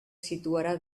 situarà